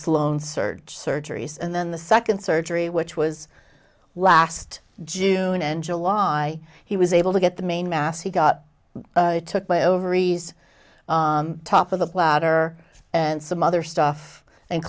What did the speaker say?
sloan search surgeries and then the second surgery which was last june and july he was able to get the main mass he got it took my ovaries top of the bladder and some other stuff and